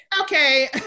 Okay